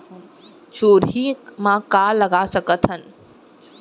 चुहरी म का लगा सकथन?